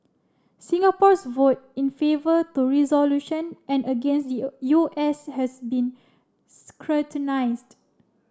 Singapore's vote in favour to resolution and against the U S has been scrutinised